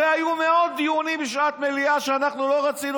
הרי היו מאות דיונים בשעת מליאה שאנחנו לא רצינו,